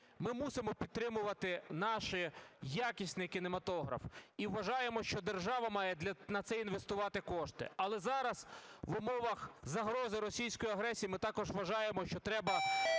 Ми мусимо підтримувати наш якісний кінематограф і вважаємо, що держава має на це інвестувати кошти. Але зараз в умовах загрози російської агресії ми також вважаємо, що треба